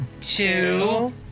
two